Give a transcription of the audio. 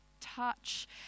touch